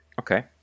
Okay